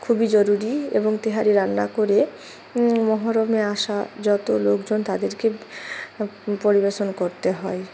খুবই জরুরি এবং তেহারি রান্না করে মহরমে আসা যত লোকজন তাদেরকে পরিবেশন করতে হয়